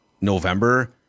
November